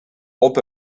old